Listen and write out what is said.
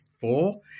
four